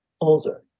older